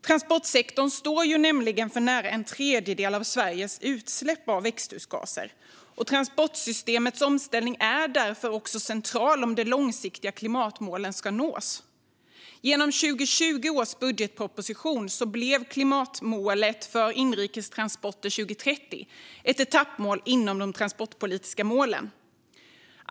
Transportsektorn står för nära en tredjedel av Sveriges utsläpp av växthusgaser, och transportsystemets omställning är därför också central om de långsiktiga klimatmålen ska nås. Genom 2020 års budgetproposition blev klimatmålet för inrikes transporter 2030 ett etappmål inom de transportpolitiska målen.